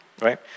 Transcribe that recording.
right